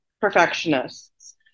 Perfectionists